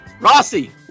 Rossi